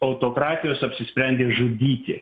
autokratijos apsisprendė žudyti